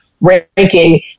ranking